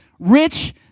rich